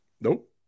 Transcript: Nope